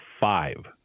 five